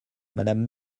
madame